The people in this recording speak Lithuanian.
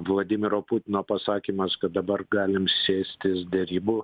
vladimiro putino pasakymas kad dabar galim sėstis derybų